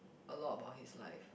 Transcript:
a lot about his life